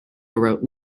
wrote